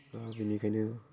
आरो बेनिखायनो